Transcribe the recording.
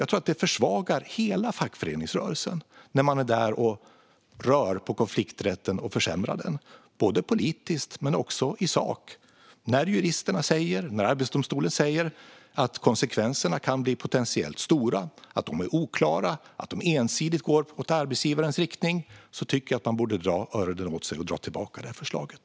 Jag tror att det försvagar hela fackföreningsrörelsen när man försämrar konflikträtten, både politiskt och i sak. När juristerna och Arbetsdomstolen säger att konsekvenserna kan bli potentiellt stora, är oklara och ensidigt går i arbetsgivarens riktning tycker jag att man borde dra öronen åt sig och dra tillbaka förslaget.